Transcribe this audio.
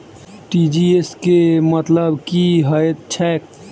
TGS केँ मतलब की हएत छै?